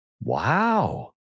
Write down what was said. Wow